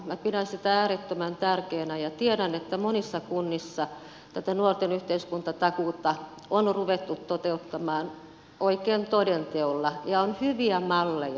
minä pidän sitä äärettömän tärkeänä ja tiedän että monissa kunnissa tätä nuorten yhteiskuntatakuuta on ruvettu toteuttamaan oikein toden teolla ja on hyviä malleja